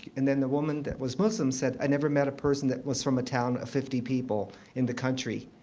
and then the woman that was muslim said, i never met a person that was from a town of fifty people in the country.